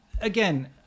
Again